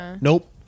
Nope